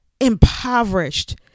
impoverished